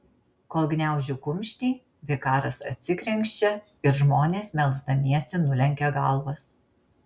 kol gniaužiu kumštį vikaras atsikrenkščia ir žmonės melsdamiesi nulenkia galvas